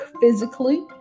physically